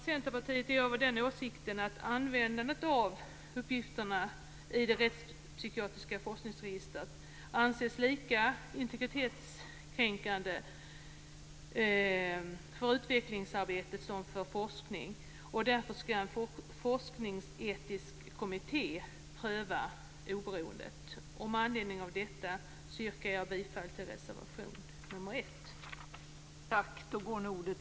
Centerpartiet är av den åsikten att användandet av uppgifterna i det rättspsykiatriska forskningsregistret anses lika integritetskränkande för utvecklingsarbete som för forskning, och därför skall en forskningsetisk kommitté pröva oberoendet. Med anledning av detta yrkar jag bifall till reservation nr 1.